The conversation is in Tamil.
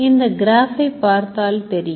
இந்த Graph ஐ பார்த்தால் தெரியும்